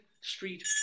Street